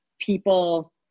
people